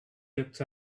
looked